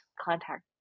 contact